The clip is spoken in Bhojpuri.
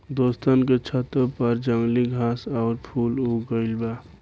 दोस्तन के छतों पर जंगली घास आउर फूल उग गइल बा